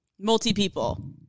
multi-people